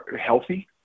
healthy –